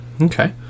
Okay